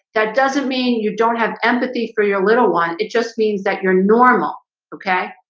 that doesn't mean you don't have empathy for your little one. it just means that you're normal okay,